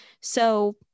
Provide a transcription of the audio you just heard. So-